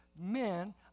men